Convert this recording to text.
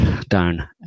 down